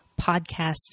Podcast